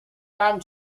dam